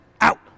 Out